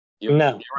No